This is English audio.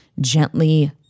Gently